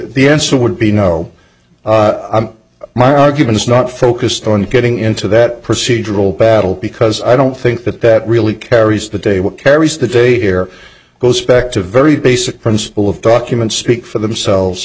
the answer would be no my argument is not focused on getting into that procedural battle because i don't think that that really carries the day what carries the day here goes back to a very basic principle of documents speak for themselves